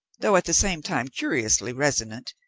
though at the same time curiously resonant,